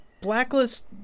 Blacklist